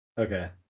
Okay